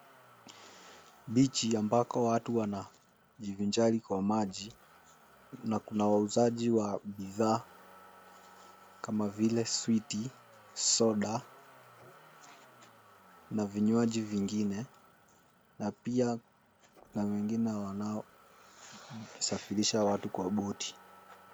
Beach ambako watu wana jivinjari kwa maji na kuna wauzaji wa bidhaa kama vile switi, soda na vinywaji vingine na pia kuna wengine wanaosafirisha watu kwa boti.